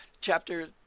chapter